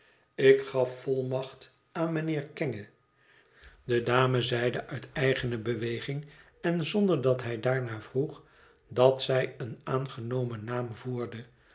ik gaf volmacht aan mijnheer kenge de dame zeide uit eigene beweging en zonder dat hij daarnaar vroeg dat zij een aangenomen naam voerde